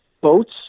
boats